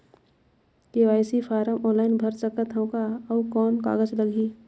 KYC form online भर सकत हवं का? अउ कौन कागज लगही?